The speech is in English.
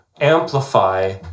amplify